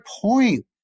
point